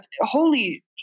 holy